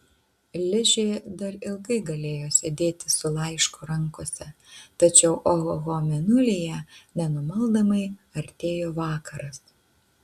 ližė dar ilgai galėjo sėdėti su laišku rankose tačiau ohoho mėnulyje nenumaldomai artėjo vakaras